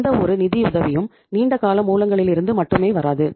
எந்தவொரு நிதியுதவியும் நீண்ட கால மூலங்களிலிருந்து மட்டுமே வராது